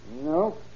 No